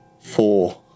Four